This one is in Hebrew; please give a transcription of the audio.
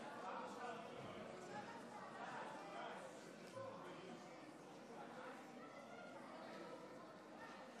הודעה ליושב-ראש ועדת הכנסת, חבר הכנסת